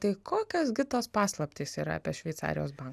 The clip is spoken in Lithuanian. tai kokios gi tos paslaptys yra apie šveicarijos bankus